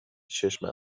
چشم